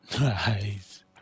Nice